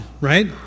Right